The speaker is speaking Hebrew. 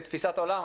כתפיסת עולם,